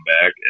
back